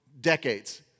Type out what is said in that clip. decades